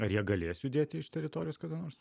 ar jie galės judėti iš teritorijos kada nors